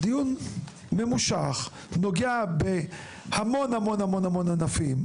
מדובר בדיון ממשוך שנוגע בהמון המון ענפים,